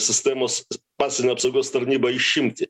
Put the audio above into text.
sistemos pasienio apsaugos tarnybą išimti